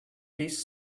this